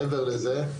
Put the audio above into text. מעבר לזה,